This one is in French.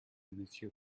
monsieur